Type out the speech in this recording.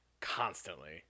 constantly